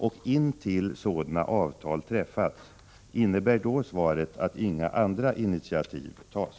Och innebär svaret att intill dess att sådana avtal träffats inga andra initiativ tas?